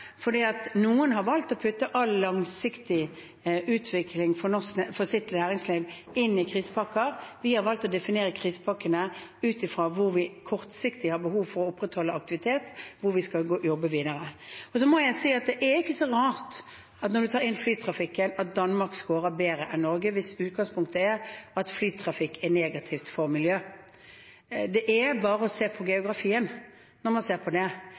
valgt å putte all langsiktig utvikling for sitt næringsliv inn i krisepakken. Vi har valgt å definere krisepakkene ut fra hvor vi kortsiktig har behov for å opprettholde aktivitet, hvor vi skal jobbe videre. Så må jeg si at det er ikke så rart når man tar med flytrafikken, at Danmark skårer bedre enn Norge, hvis utgangspunktet er at flytrafikk er negativt for miljøet. Det er bare å se på geografien. I Danmark kan man reise innenlands – de har jo også sperret grensene sine etter hvert, så det